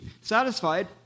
satisfied